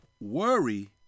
Worry